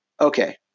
Okay